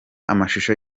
amashusho